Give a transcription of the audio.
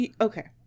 okay